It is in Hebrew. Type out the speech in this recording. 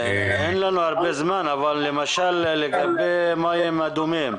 אין לנו הרבה זמן אבל למשל לגבי מים אדומים.